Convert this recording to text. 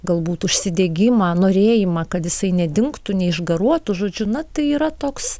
galbūt užsidegimą norėjimą kad jisai nedingtų neišgaruotų žodžiu na tai yra toks